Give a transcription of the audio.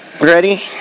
ready